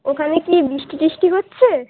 ওখানে কি বৃষ্টি টিষ্টি হচ্ছে